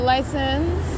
License